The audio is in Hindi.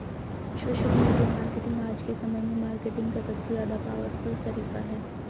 सोशल मीडिया मार्केटिंग आज के समय में मार्केटिंग का सबसे ज्यादा पॉवरफुल तरीका है